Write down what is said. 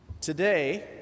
Today